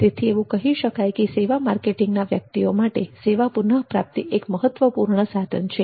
તેથી એવું કહી શકાય કે સેવા માર્કેટિંગના વ્યક્તિઓ માટે સેવા પુનઃપ્રાપ્તિ એક મહત્વપૂર્ણ સાધન છે